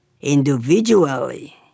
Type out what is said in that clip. Individually